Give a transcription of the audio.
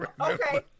Okay